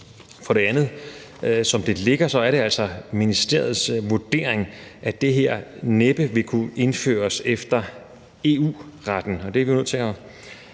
For det andet: Som det ligger, er det altså ministeriets vurdering, at det her næppe vil kunne indføres efter EU-retten, og den er vi jo også nødt til at